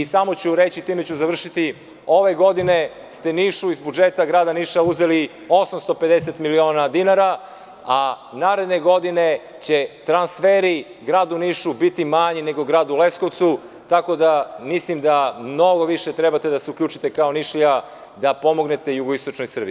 Samo ću još reći i time ću završiti – ove godine ste Nišu iz budžeta grada Niša uzeli 850 miliona dinara, a naredne godine će transferi gradu Nišu biti manji nego gradu Leskovcu, tako da mislim da mnogo više trebate da se uključite kao Nišlija da pomognete jugoističnoj Srbiji.